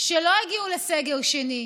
שלא הגיעו לסגר שני,